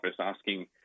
asking